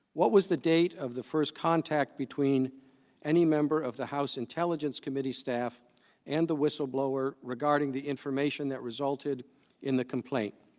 what was the date of the first contact between any member of the house intelligence committee staff in and the whistleblower regarding the information that resulted in the complaint,